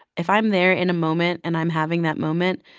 if i'm there in a moment, and i'm having that moment,